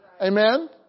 Amen